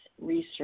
research